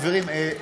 חברים,